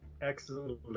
excellent